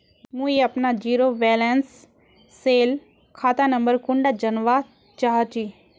मुई अपना zero balance सेल खाता नंबर कुंडा जानवा चाहची?